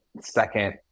second